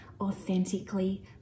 authentically